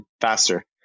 faster